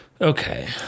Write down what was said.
Okay